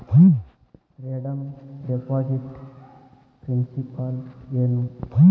redeem deposit principal ಏನು